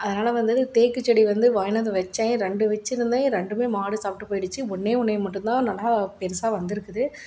அதனால் வந்து அது தேக்கு செடி வந்து வாங்கிடாந்து வச்சேன் ரெண்டு வச்சியிருந்தேன் ரெண்டுமே மாடு சாப்பிட்டு போய்டுச்சு ஒன் ஒன்றே மட்டுந்தான் நல்லா பெருசாக வந்திருக்குது